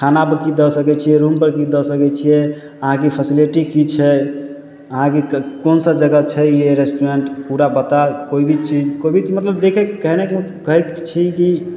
खानापर की दऽ सकय छियै रूमपर की दऽ सकय छियै अहाँके फेसलेटी की छै अहाँके कऽ कोनसा जगह छै ये रेस्टोरेन्ट पूरा बताउ कोइ भी चीज कोइ भी मतलब देखय कहनेके मत कहय छी कि